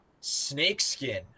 snakeskin